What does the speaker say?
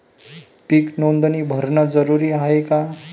पीक नोंदनी भरनं जरूरी हाये का?